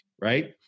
right